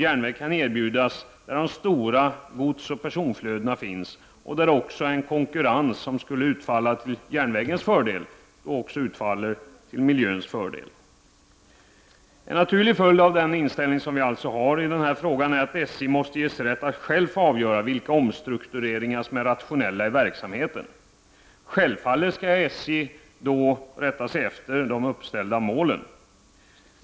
Järnväg kan erbjudas där de stora godsoch personflödena finns och där den konkurrens som skulle utfalla till järnvägens fördel också skulle utfalla till miljöns fördel. En naturlig följd av den inställning som vi har i denna fråga är att SJ måste ges rätt att självt få avgöra vilka omstruktureringar av verksamheten som är rationella. Självfallet skall SJ rätta sig efter uppsatta mål.